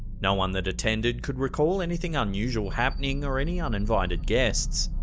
no one that attended could recall anything unusual happening, or any uninvited guests.